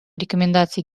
рекомендации